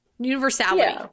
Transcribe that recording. Universality